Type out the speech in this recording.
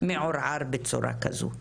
מעורער בצורה כזאת.